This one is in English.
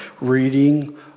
reading